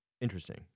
Interesting